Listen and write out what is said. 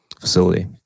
facility